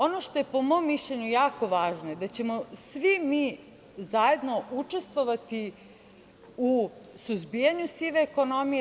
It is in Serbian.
Ono što je po mom mišljenju jako važno je da ćemo svi mi zajedno učestvovati u suzbijanju sive ekonomije.